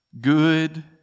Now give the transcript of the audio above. good